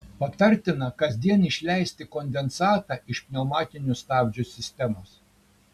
patartina kasdien išleisti kondensatą iš pneumatinių stabdžių sistemos